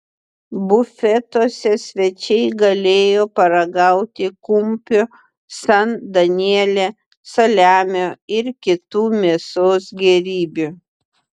bufetuose svečiai galėjo paragauti kumpio san daniele saliamio ir kitų mėsos gėrybių